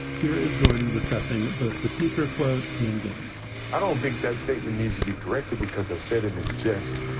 here is jordan discussing both the sneaker quote and get it and i don't think that statement needs to be corrected because i said it in jest, you